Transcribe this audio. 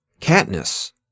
Katniss